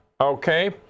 Okay